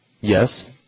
Yes